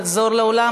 לחזור לאולם.